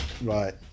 Right